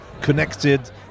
connected